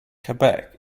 quebec